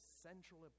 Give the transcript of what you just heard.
central